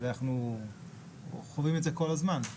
ואנחנו חווים את זה כל הזמן.